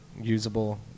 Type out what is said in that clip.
usable